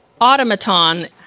automaton